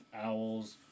owls